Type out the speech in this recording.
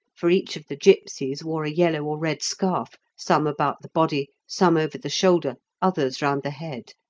for each of the gipsies wore a yellow or red scarf, some about the body, some over the shoulder, others round the head.